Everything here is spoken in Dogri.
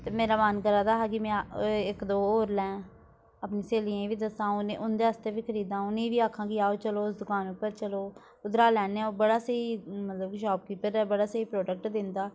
ते मेरा मन करा दा हा कि में इक दो होर लैं अपनी स्हेलियें बी दस्सां उंदे आस्तै बी खरीदां उ'नेंगी बी आक्खां कि आओ चलो उस दकान पर चलो उद्धरा लैन्ने आं ओह् बड़ा स्हेई मतलब कि शापकीपर ऐ बड़ा स्हेई प्रोडक्ट दिंदा